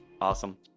Awesome